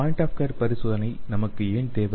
point of care பரிசோதனை நமக்கு ஏன் தேவை